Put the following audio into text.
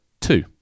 Two